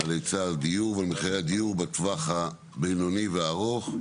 על היצע הדיור ועל מחירי הדיור בטווח הבינוני והארוך,